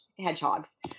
hedgehogs